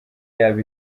yabo